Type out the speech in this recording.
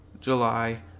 July